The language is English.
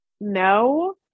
no